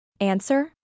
Answer